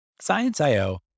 Science.io